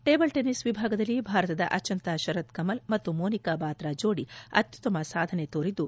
ಟೀಬಲ್ tennis ವಿಭಾಗದಲ್ಲಿ ಭಾರತದ ಅಚಂತಾ ಶರತ್ ಕಮಲ್ ಮತ್ತು ಮೋನಿಕಾ ಭಾತ್ರಾ ಜೋಡಿ ಅತ್ಯುತ್ತಮ ಸಾಧನೆ ತೋರಿದ್ದು